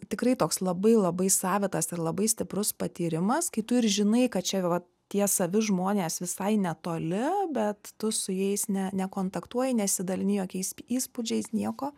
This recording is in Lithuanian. tikrai toks labai labai savitas ir labai stiprus patyrimas kai tu ir žinai kad čia vat tie savi žmonės visai netoli bet tu su jais ne nekontaktuoji nesidalini jokiais įspūdžiais nieko